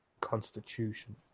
constitution